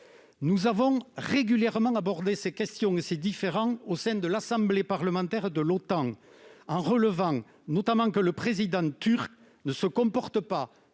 Nous avons régulièrement abordé ces questions et ces différends au sein de l'assemblée parlementaire de l'OTAN, en relevant notamment que le président turc ne se comportait pas